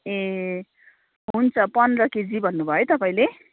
ए हुन्छ पन्ध्र केजी भन्नुभयो है तपाईँले